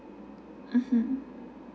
mmhmm